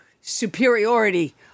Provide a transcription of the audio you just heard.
superiority